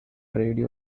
radio